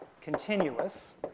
continuous